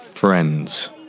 Friends